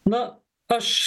na aš